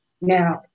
Now